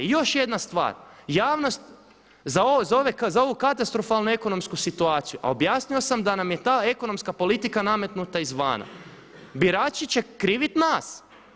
I još jedna stvar, javnost za ovu katastrofalnu ekonomsku situaciju, a objasnio sam da nam je ta ekonomska politika nametnuta izvana, birači će kriviti nas.